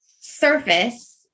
surface